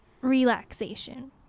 relaxation